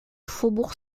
faubourg